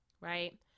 right